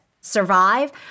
survive